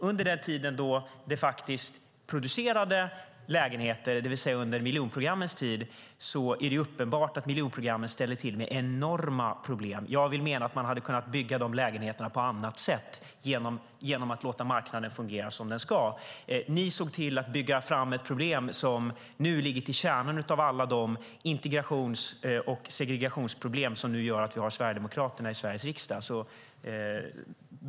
Under den tid som det faktiskt producerades lägenheter, det vill säga under miljonprogrammens tid, blev det enorma problem. Jag vill mena att man kunde ha byggt dessa lägenheter på annat sätt genom att låta marknaden fungera som den ska. Ni såg till att bygga fram ett problem som nu är kärnan till alla de integrations och segregationsproblem som nu gör att vi har Sverigedemokraterna i Sveriges riksdag.